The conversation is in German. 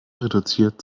reduziert